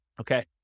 Okay